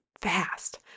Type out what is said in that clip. fast